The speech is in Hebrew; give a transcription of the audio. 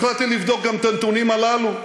החלטתי לבדוק גם את הנתונים הללו,